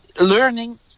learning